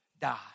die